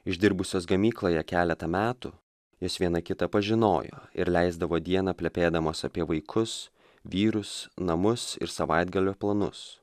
išdirbusios gamykloje keletą metų vis viena kitą pažinojo ir leisdavo dieną plepėdamos apie vaikus vyrus namus ir savaitgalio planus